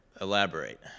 Elaborate